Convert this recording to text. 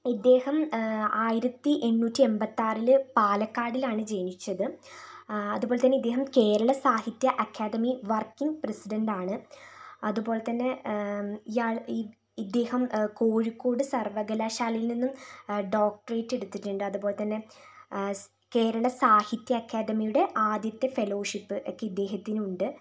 ഇദ്ദേഹം ആയിരത്തി എണ്ണൂറ്റി എമ്പത്താറിൽ പാലക്കാടിലാണ് ജനിച്ചത് അതുപോലെതന്നെ ഇദ്ദേഹം കേരള സാഹിത്യ അക്കാദമി വർക്കിംഗ് പ്രസിഡൻ്റ് ആണ് അതുപോലെതന്നെ ഇയാൾ ഇദ്ദേഹം കോഴിക്കോട് സർവകലാശാലയിൽ നിന്നും ഡോക്ടറേറ്റ് എടുത്തിട്ടുണ്ട് അതുപോലെതന്നെ കേരള സാഹിത്യ അക്കാദമിയുടെ ആദ്യത്തെ ഫെലോഷിപ്പ് ഒക്കെ ഇദ്ദേഹത്തിന് ഉണ്ട്